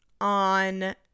on